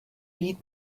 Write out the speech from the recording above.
vyjít